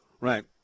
Right